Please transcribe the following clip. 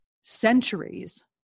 centuries